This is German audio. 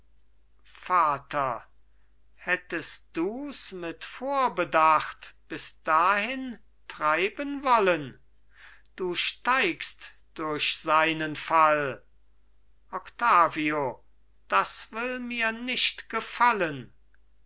vater hättest dus mit vorbedacht bis dahin treiben wollen du steigst durch seinen fall octavio das will mir nicht gefallen